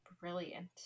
brilliant